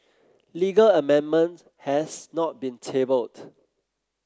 legal amendment has not been tabled